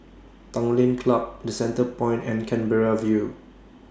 Tanglin Club The Centrepoint and Canberra View